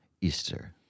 Easter